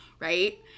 Right